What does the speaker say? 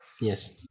Yes